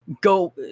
go